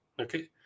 Okay